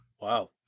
Wow